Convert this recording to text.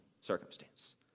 circumstance